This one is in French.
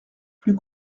plus